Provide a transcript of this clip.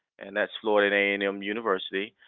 and that's florida a and m university.